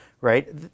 right